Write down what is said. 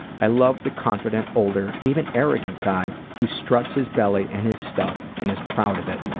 i love the confident, older, even arrogant guy who struts his belly and his stuff and is proud of it.